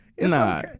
Nah